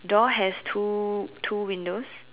door has two two windows